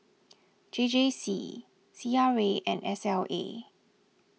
J J C C R A and S L A